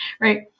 right